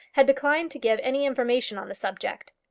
had declined to give any information on the subject.